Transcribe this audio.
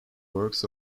works